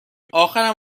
اخرم